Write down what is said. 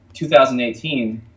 2018